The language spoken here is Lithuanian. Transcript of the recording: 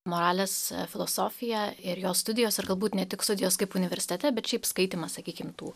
moralės filosofija ir jo studijos ar galbūt ne tik studijos kaip universitete bet šiaip skaitymas sakykime tų